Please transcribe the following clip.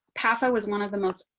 panda was one of the most.